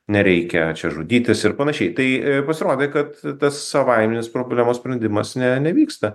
nereikia čia žudytis ir panašiai tai pasirodė kad tas savaiminis problemos sprendimas ne nevyksta